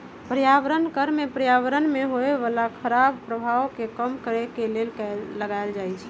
पर्यावरण कर में पर्यावरण में होय बला खराप प्रभाव के कम करए के लेल लगाएल जाइ छइ